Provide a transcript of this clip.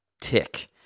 tick